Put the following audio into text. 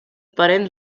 parents